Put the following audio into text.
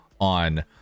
on